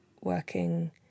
working